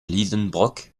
lidenbrock